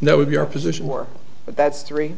and that would be our position or that's three